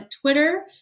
Twitter